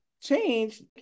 change